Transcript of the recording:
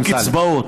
לא ביקשנו קצבאות,